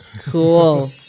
Cool